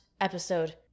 episode